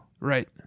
Right